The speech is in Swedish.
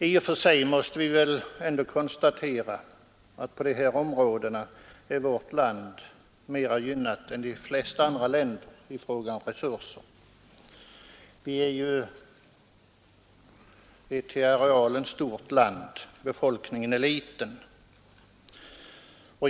I och för sig måste vi väl ändå konstatera att på de här områdena är vårt land mera gynnat än de flesta andra länder i fråga om resurser. Vi är ju ett till arealen stort land och befolkningen är liten.